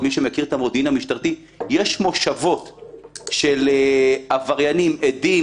זאת אומרת, יש כל מיני שיקולים.